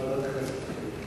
ועדת הכנסת תחליט.